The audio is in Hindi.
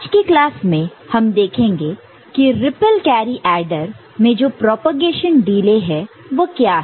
आज के क्लास में हम देखेंगे की रिप्पल कैरी एडर में जो प्रोपेगेशन डिले है वह क्या है